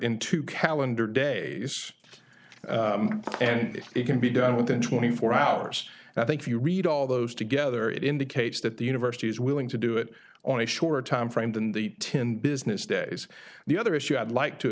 calendar days and it can be done within twenty four hours and i think if you read all those together it indicates that the university is willing to do it on a shorter timeframe than the ten business days the other issue i'd like to